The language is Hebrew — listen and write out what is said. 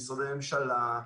משרדי ממשלה,